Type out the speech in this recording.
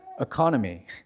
economy